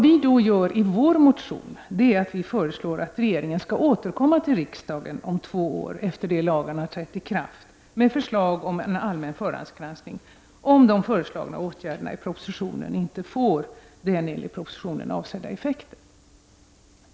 I vår motion föreslår vi att regeringen skall återkomma till riksdagen om två år efter det att lagen har trätt i kraft med förslag om en allmän förhandsgranskning, om de föreslagna åtgärderna i propositionen inte får den enligt propositionen avsedda effekten.